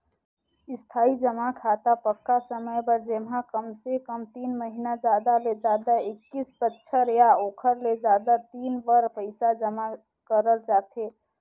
इस्थाई जमा खाता पक्का समय बर जेम्हा कमसे कम तीन महिना जादा ले जादा एक्कीस बछर या ओखर ले जादा दिन बर पइसा जमा करल जाथे